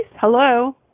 hello